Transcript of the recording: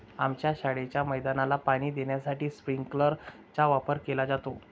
आमच्या शाळेच्या मैदानाला पाणी देण्यासाठी स्प्रिंकलर चा वापर केला जातो